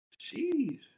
jeez